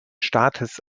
staates